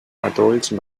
matolls